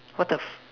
what the